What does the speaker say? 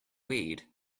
wade